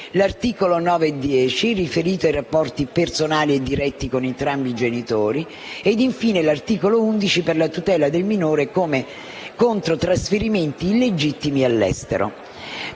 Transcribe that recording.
articoli 9 e 10, riferiti ai rapporti personali e diretti con entrambi i genitori; infine, l'articolo 11 per la tutela del minore contro trasferimenti illegittimi all'estero.